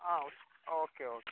ആ okay okay